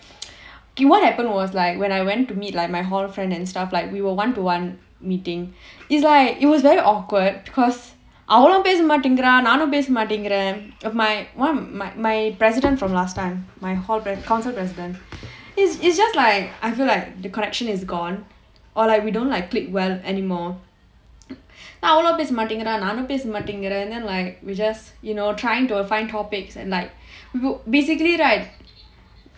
K what happened was like when I went to meet like my hall friend and stuff like we were one to one meeting is like it was very awkward because அவனும் பேச மாட்டேங்குறான் நானும் பேச மாட்டேங்குறேன்:avanum pesa maattaenguraan naanum pesa maattaenguraen my one of my my president from last time my hall concert president is is just like I feel like the connection is gone or like we don't like click well anymore அவனும் பேச மாட்டேங்குறான் நானும் பேச மாட்டேங்குறேன்:avanum pesa maattaenguraan naanum pesa maattaenguraen and then like we just you know trying to uh find topics and like basically right